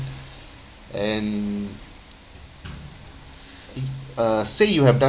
and uh say you have done